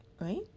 right